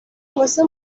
واسه